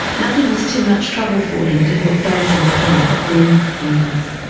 nothing was too much trouble for him to help those in pain, them and us.